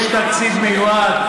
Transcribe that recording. יש תקציב מיועד.